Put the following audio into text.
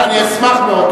אני אשמח מאוד.